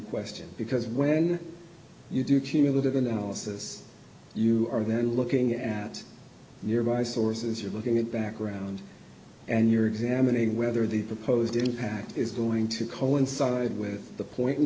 question because when you do cumulative analysis you are then looking at nearby sources you're looking at background and you're examining whether the proposed impact is going to coincide with the point in